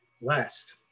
last